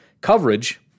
Coverage